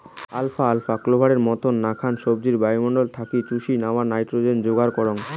alpha আলফা, clover মতন নাকান সবজি বায়ুমণ্ডল থাকি চুষি ন্যাওয়া নাইট্রোজেন যোগার করাঙ